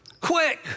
quick